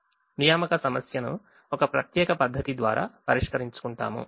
assignment problem ను ఒక ప్రత్యేక పద్ధతి ద్వారా పరిష్కరించుకుంటాము